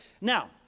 Now